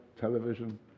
television